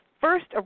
first